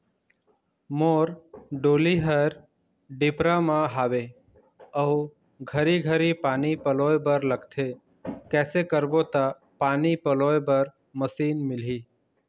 मोर डोली हर डिपरा म हावे अऊ घरी घरी पानी पलोए बर लगथे कैसे करबो त पानी पलोए बर मशीन मिलही?